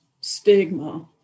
stigma